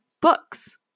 books